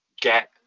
get